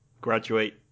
graduate